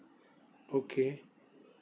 okay